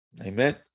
Amen